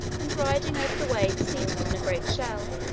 and riding over the waves seated in a great shell,